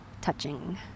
touching